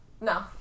No